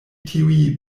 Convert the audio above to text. tiuj